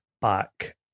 back